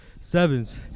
Sevens